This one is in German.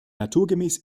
naturgemäß